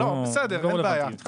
בסדר, אין בעיה.